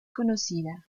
conocida